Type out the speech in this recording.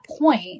point